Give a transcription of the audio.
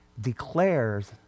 declares